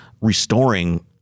restoring